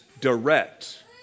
direct